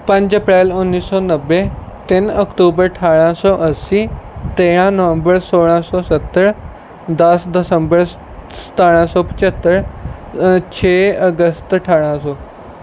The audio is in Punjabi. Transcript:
ਪੰਜ ਅਪ੍ਰੈਲ ਉੱਨੀ ਸੌ ਨੱਬੇ ਤਿੰਨ ਅਕਤੂਬਰ ਅਠਾਰ੍ਹਾਂ ਸੌ ਅੱਸੀ ਤੇਰ੍ਹਾਂ ਨਵੰਬਰ ਸੋਲ੍ਹਾਂ ਸੌ ਸੱਤਰ ਦਸ ਦਸੰਬਰ ਸ ਸਤਾਰ੍ਹਾਂ ਸੌ ਪੰਝੱਤਰ ਛੇ ਅਗਸਤ ਅਠਾਰ੍ਹਾਂ ਸੌ